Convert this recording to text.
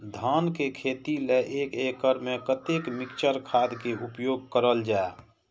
धान के खेती लय एक एकड़ में कते मिक्चर खाद के उपयोग करल जाय?